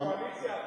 בקואליציה אחרת.